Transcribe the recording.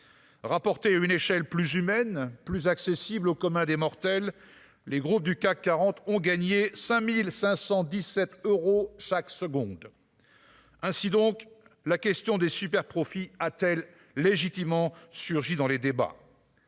rapporter une échelle plus humaine, plus accessible au commun des mortels, les groupes du CAC 40 ont gagné 5517 euros chaque seconde. Ainsi donc, la question des profits à-t-elle légitimement surgit dans les débats.